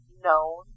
known